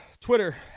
twitter